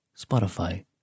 Spotify